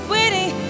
Waiting